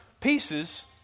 pieces